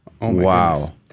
Wow